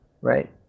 right